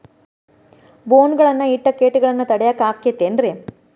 ಬೋನ್ ಗಳನ್ನ ಇಟ್ಟ ಕೇಟಗಳನ್ನು ತಡಿಯಾಕ್ ಆಕ್ಕೇತೇನ್ರಿ?